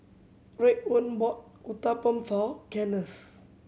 Raekwon bought Uthapam for Kennth